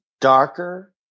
darker